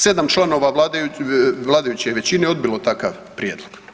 7 članova vladajuće većine je odbilo takav prijedlog.